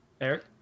eric